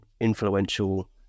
influential